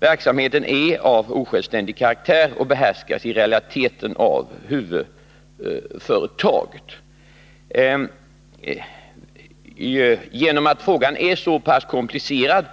Verksamheten är av osjälvständig karaktär och behärskas i realiteten av huvudföretaget. Eftersom frågan är så pass komplicerad,